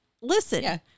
listen